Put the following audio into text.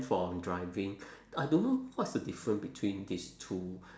from driving I don't know what's the different between this two